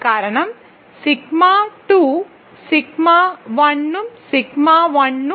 കാരണം sigma 2 sigma 1 ഉം sigma 1 ഉം ആണ്